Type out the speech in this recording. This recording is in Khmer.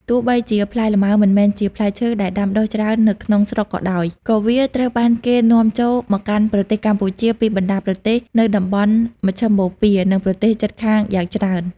ទោះបីជាផ្លែលម៉ើមិនមែនជាផ្លែឈើដែលដាំដុះច្រើននៅក្នុងស្រុកក៏ដោយ ក៏វាត្រូវបានគេនាំចូលមកកាន់ប្រទេសកម្ពុជាពីបណ្តាប្រទេសនៅតំបន់មជ្ឈិមបូព៌ា និងប្រទេសជិតខាងយ៉ាងច្រើន។